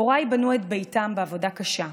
הוריי בנו את ביתם בעבודה קשה.